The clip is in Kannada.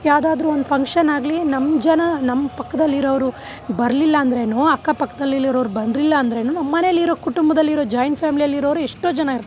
ಯಾವುದಾದ್ರು ಒಂದು ಫಂಕ್ಷನ್ನಾಗಲಿ ನಮ್ಮ ಜನ ನಮ್ಮ ಪಕ್ಕದಲ್ಲಿರೋರು ಬರಲಿಲ್ಲ ಅಂದ್ರೆಯೂ ಅಕ್ಕಪಕ್ಕದಲ್ಲಿರೋರು ಬರ್ಲಿಲ್ಲ ಅಂದ್ರೆನೂ ನಮ್ಮನೆಯಲ್ಲಿರೋ ಕುಟುಂಬದಲ್ಲಿರೋ ಜಾಯಿಂಟ್ ಫ್ಯಾಮಿಲಿಯಲ್ಲಿರೋರು ಎಷ್ಟೋ ಜನ ಇರ್ತಾರೆ